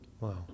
wow